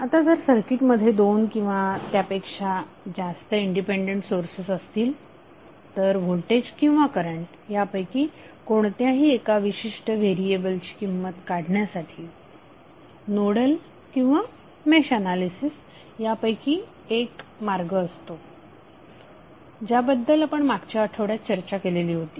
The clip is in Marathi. आता जर सर्किट मध्ये दोन किंवा त्यापेक्षा जास्त इंडिपेंडेंट सोर्सेस असतील तर व्होल्टेज किंवा करंट यापैकी कोणत्याही एका विशिष्ट व्हेरिएबल ची किंमत काढण्यासाठी नोडल किंवा मेश ऍनालिसिस यापैकी एक मार्ग असतो ज्याबद्दल आपण मागच्या आठवड्यात चर्चा केलेली होती